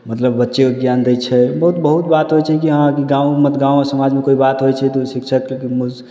मतलब बच्चेके ज्ञान दै छै बहुत बहुत बात होइ छै कि हँ अहाँ गाँवमे गाँवमे समाजमे कोइ बात होइ छै तऽ ओ शिक्षकके